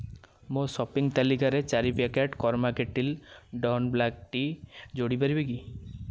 ମୋ' ସପିଂ ତାଲିକାରେ ଚାରି pack karma kettle dawn black tea ଯୋଡ଼ି ପାରିବେ କି